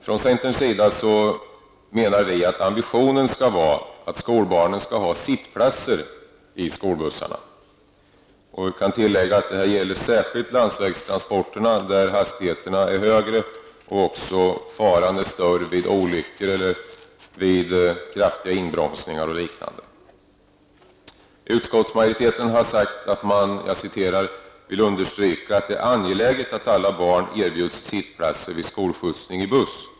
Vi i centerpartiet menar att ambitionen skall vara att skolbarnen skall ha sittplatser i skolbussarna. Jag kan tillägga att detta särskilt gäller landsvägstransporter där hastigheterna är högre och där också faran är större vid olyckor eller kraftiga inbromsningar och liknande. Utskottets majoritet har sagt att man ''vill understryka att det är angeläget att alla barn erbjuds sittplatser vid skolskjutsning i buss''.